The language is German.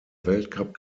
weltcup